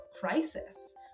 crisis